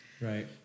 Right